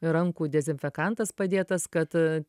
rankų dezinfekantas padėtas kad